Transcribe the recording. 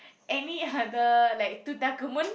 any other like Tutankhamun